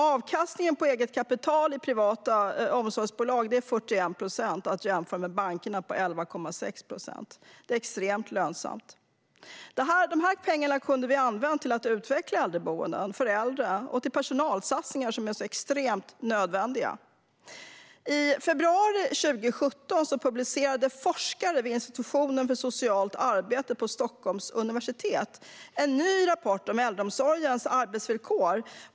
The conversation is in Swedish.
Avkastningen på eget kapital i privata omsorgsbolag är 41 procent, att jämföra med 11,6 procent i bankerna. Det är extremt lönsamt. De pengarna kunde vi ha använt till att utveckla äldreboendena och till de personalsatsningar som är så extremt nödvändiga. I februari 2017 publicerade forskare vid Institutionen för socialt arbete på Stockholms universitet en ny rapport om äldreomsorgens arbetsvillkor.